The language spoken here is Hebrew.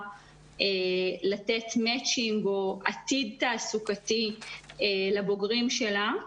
לתת מאצ'ינג או עתיד תעסוקתי לבוגרים שלה.